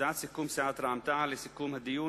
הודעת סיכום של סיעת רע"ם-תע"ל לסיכום הדיון